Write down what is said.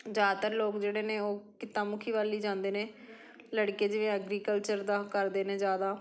ਜ਼ਿਆਦਾਤਰ ਲੋਕ ਜਿਹੜੇ ਨੇ ਉਹ ਕਿੱਤਾਮੁਖੀ ਵੱਲ ਹੀ ਜਾਂਦੇ ਨੇ ਲੜਕੇ ਜਿਵੇਂ ਐਗਰੀਕਲਚਰ ਦਾ ਕਰਦੇ ਨੇ ਜ਼ਿਆਦਾ